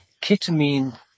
ketamine